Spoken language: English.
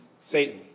Satan